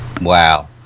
Wow